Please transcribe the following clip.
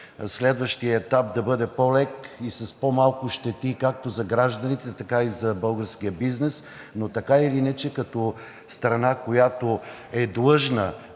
следващият етап да бъде по-лек и с по-малко щети както за гражданите, така и за българския бизнес! Но така или иначе като страна, която е длъжна